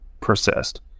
persist